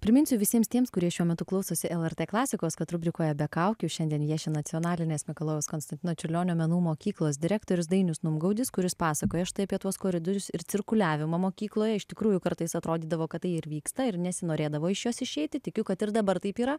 priminsiu visiems tiems kurie šiuo metu klausosi lrt klasikos kad rubrikoje be kaukių šiandien vieši nacionalinės mikalojaus konstantino čiurlionio menų mokyklos direktorius dainius numgaudis kuris pasakoja štai apie tuos koridorius ir cirkuliavimą mokykloje iš tikrųjų kartais atrodydavo kad tai ir vyksta ir nesinorėdavo iš jos išeiti tikiu kad ir dabar taip yra